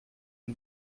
une